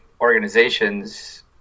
organizations